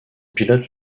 pilote